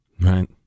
Right